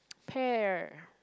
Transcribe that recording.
pear